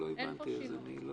אין פה שינוי.